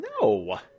No